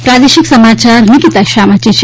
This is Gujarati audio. પ્રાદેશિક સમાચાર નીકીતા શાહ વાંચે છે